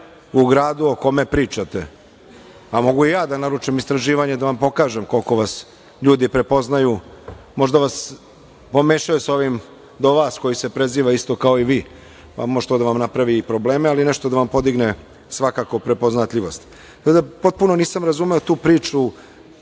o gradu o kome pričate. Mogu i ja da naručim istraživanja da vam pokažem koliko vas ljudi prepoznaju, možda vas pomešaju sa ovim do vas koji se isto preziva isto kao i vi, pa može to da vam napravi i probleme, ali nešto da vam podigne svakako prepoznatljivost. Potpuno nisam razumemo tu priču